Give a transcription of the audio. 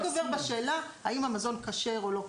-- רק שהוא לא גובר בשאלה האם המזון כשר או לא כשר,